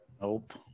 nope